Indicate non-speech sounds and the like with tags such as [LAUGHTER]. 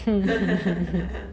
[LAUGHS]